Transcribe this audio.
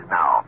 Now